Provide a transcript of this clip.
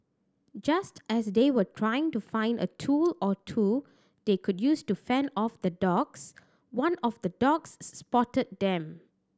just as they were trying to find a tool or two they could use to fend off the dogs one of the dogs spotted them